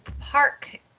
park